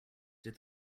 did